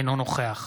אינו נוכח